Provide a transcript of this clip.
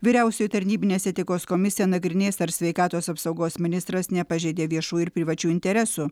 vyriausioji tarnybinės etikos komisija nagrinės ar sveikatos apsaugos ministras nepažeidė viešų ir privačių interesų